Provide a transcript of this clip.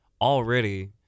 already